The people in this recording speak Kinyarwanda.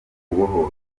kubohoza